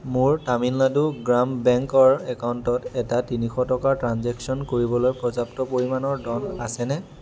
মোৰ তামিলনাডু গ্ৰাম বেংকৰ একাউণ্টত এটা তিনিশ টকাৰ ট্ৰানঞ্জাকশ্য়ন কৰিবলৈ পৰ্যাপ্ত পৰিমাণৰ ধন আছেনে